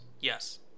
Yes